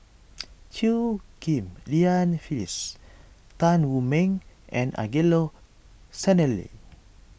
Chew Ghim Lian Phyllis Tan Wu Meng and Angelo Sanelli